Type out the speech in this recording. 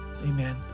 Amen